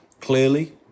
clearly